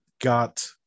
got